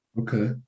Okay